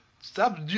Stop